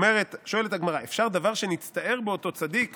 שואלת הגמרא: "אפשר דבר שנצטער בו אותו צדיק